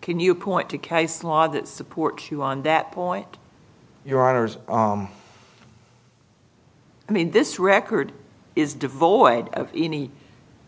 can you point to case law that supports you on that point your honour's i mean this record is devoid of any